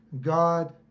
God